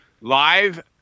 live